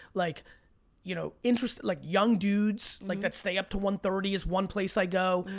like you know interesting, like young dudes like that stay up to one thirty is one place i go.